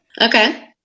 Okay